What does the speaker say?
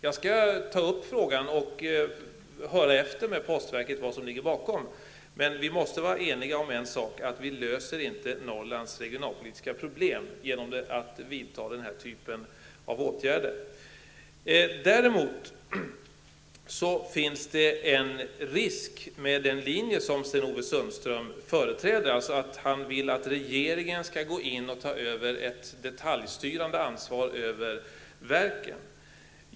Jag skall ta upp denna sak med postverket och höra vad som ligger bakom. Men vi måste vara eniga om en sak: vi löser inte Norrlands regionalpolitiska problem genom att vidta denna typ av åtgärder. Däremot finns det en risk med den linje som Sten Ove Sundström företräder, alltså att regeringen skall gå in och ta över ett detaljstyrande ansvar för verket.